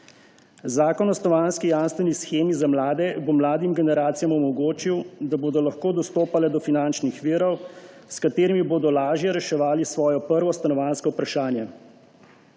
Zakon o stanovanjski jamstveni shemi za mlade bo mladim generacijam omogočil, da bodo lahko dostopale do finančnih virov, s katerimi bodo lažje reševali svoje prvo stanovanjsko vprašanje.